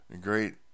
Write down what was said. great